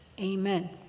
Amen